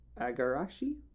Agarashi